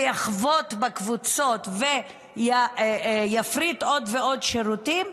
ויחבוט בקבוצות ויפריט עוד ועוד שירותים,